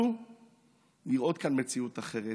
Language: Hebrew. ורצו לראות כאן מציאות אחרת.